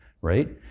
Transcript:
right